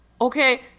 Okay